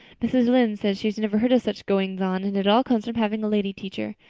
mrs. lynde says she never heard of such goings on and it all comes of having a lady teacher.